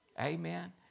Amen